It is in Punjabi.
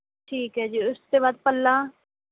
ਠੀਕ ਹੈ ਜੀ ਉਸ ਤੋਂ ਬਾਅਦ ਪੱਲਾ